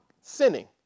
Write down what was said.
sinning